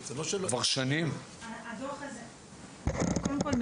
קודם כל,